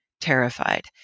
terrified